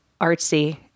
artsy